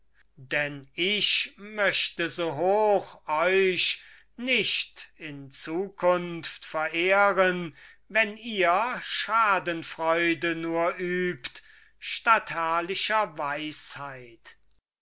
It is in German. denn ich möchte so hoch euch nicht in zukunft verehren wenn ihr schadenfreude nur übt statt herrlicher weisheit